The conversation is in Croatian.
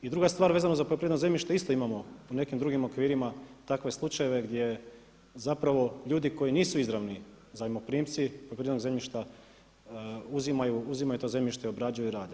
I druga stvar vezano za poljoprivredno zemljište isto imamo u nekim drugim okvirima takve slučajeve gdje zapravo ljudi koji nisu izravni zajmoprimci poljoprivrednog zemljišta uzimaju to zemljište, obrađuju i rade.